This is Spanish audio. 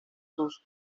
sus